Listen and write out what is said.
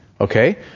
okay